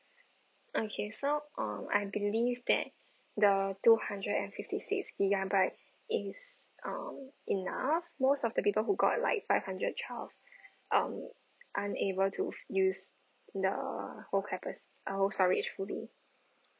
okay so um I believe that the two hundred and fifty six gigabyte is um enough most of the people who got like five hundred twelve um unable to use the whole capacity uh whole storage fully